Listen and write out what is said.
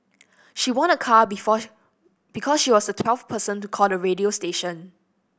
she won a car before because she was the twelfth person to call the radio station